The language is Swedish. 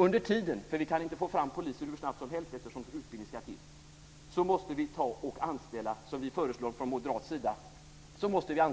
Under tiden - för vi kan inte få fram poliser hur snabbt som helst eftersom utbildning ska till - måste vi anställa, som vi föreslår från moderat